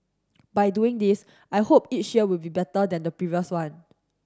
by doing this I hope each year will be better than the previous one